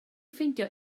ffeindio